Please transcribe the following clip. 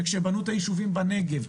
וכשבנו את היישובים בנגב,